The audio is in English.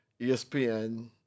ESPN